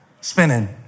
spinning